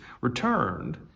returned